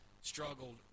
struggled